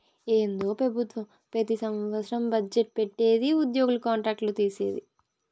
ఏందో పెబుత్వం పెతి సంవత్సరం బజ్జెట్ పెట్టిది ఉద్యోగుల కాంట్రాక్ట్ లు తీసేది